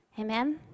Amen